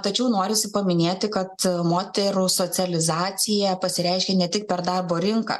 tačiau norisi paminėti kad moterų socializacija pasireiškia ne tik per darbo rinką